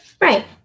Right